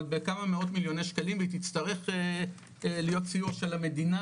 אבל בכמה מאות מיליוני שקלים והיא תצטרך להיות סיוע של המדינה,